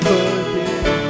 again